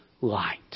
light